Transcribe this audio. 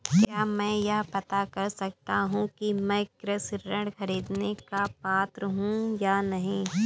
क्या मैं यह पता कर सकता हूँ कि मैं कृषि ऋण ख़रीदने का पात्र हूँ या नहीं?